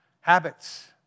habits